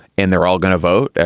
and they're all going to vote.